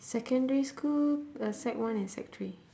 secondary school uh sec one and sec three